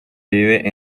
vive